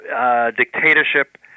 Dictatorship